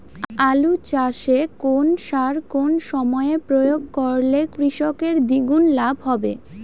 আলু চাষে কোন সার কোন সময়ে প্রয়োগ করলে কৃষকের দ্বিগুণ লাভ হবে?